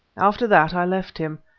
after that i left him.